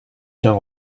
qu’un